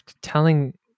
telling